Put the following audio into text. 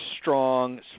strong